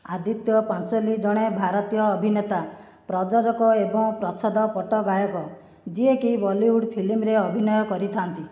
ଆଦିତ୍ୟ ପାଞ୍ଚୋଲି ଜଣେ ଭାରତୀୟ ଅଭିନେତା ପ୍ରଯୋଜକ ଏବଂ ପ୍ରଚ୍ଛଦପଟ ଗାୟକ ଯିଏକି ବଲିଉଡ ଫିଲ୍ମରେ ଅଭିନୟ କରିଥାନ୍ତି